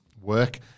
work